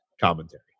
commentary